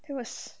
that was